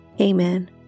Amen